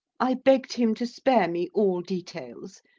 i begged him to spare me all details,